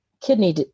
kidney